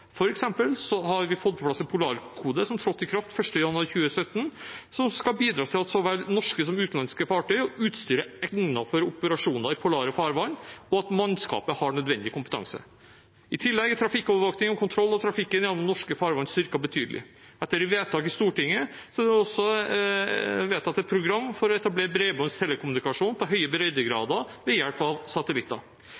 at så vel norske som utenlandske fartøy og utstyr er egnet for operasjoner i polare farvann, og at mannskapet har nødvendig kompetanse. I tillegg er trafikkovervåking og kontroll av trafikken gjennom norske farvann styrket betydelig. Etter vedtak i Stortinget er det også vedtatt et program for å etablere bredbånds telekommunikasjon på høye